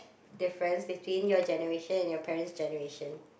difference between your generation and your parents generation